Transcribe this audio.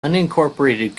unincorporated